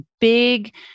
big